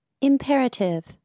Imperative